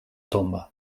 tomba